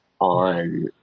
on